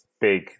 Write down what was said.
big